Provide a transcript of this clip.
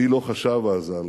מי לא חשב אז על